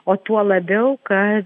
o tuo labiau kad